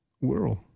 world